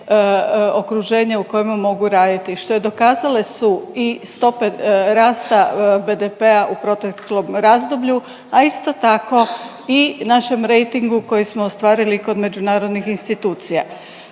u kojima mogu raditi. Što je dokazale su i stope rasta BDP-a u proteklom razdoblju, a isto tako i našem rejtingu koji smo ostvarili kod međunarodnih institucija.